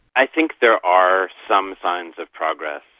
i think there are some signs of progress.